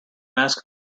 ask